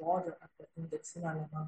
žodžio arba indeksinio elemento